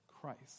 Christ